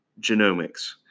genomics